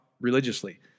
religiously